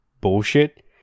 bullshit